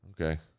okay